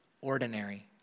Ordinary